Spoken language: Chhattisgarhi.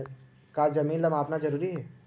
का जमीन ला मापना जरूरी हे?